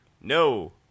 No